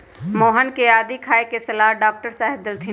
मोहन के आदी खाए के सलाह डॉक्टर साहेब देलथिन ह